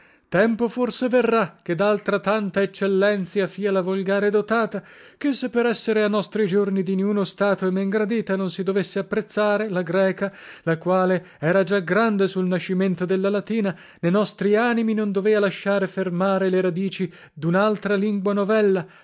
tempo forse verrà che daltra tanta eccellenzia fia la volgare dotata ché se per essere a nostri giorni di niuno stato e men gradita non si dovesse apprezzare la greca la quale era già grande sul nascimento della latina ne nostri animi non dovea lasciar fermare le radici dunaltra lingua novella